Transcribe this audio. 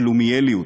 שלומיאליות.